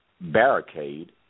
barricade